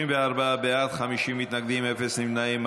34 בעד, 50 מתנגדים, אפס נמנעים.